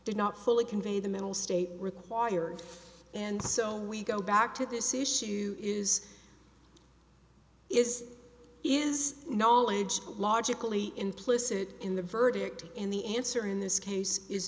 did not fully convey the mental state required and so we go back to this issue is is is knowledge logically implicit in the verdict in the answer in this case is